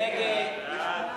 1 4